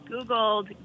googled